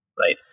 right